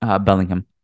Bellingham